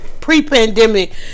pre-pandemic